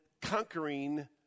conquering